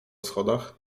schodach